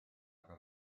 aga